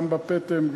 גם בפטם,